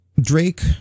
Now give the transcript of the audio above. Drake